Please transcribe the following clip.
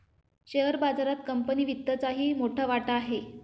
share बाजारात company वित्तचाही मोठा वाटा आहे